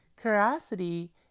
Curiosity